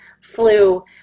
flu